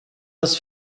das